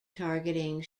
targeting